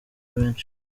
menshi